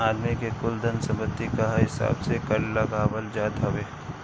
आदमी के कुल धन सम्पत्ति कअ हिसाब से कर लगावल जात हवे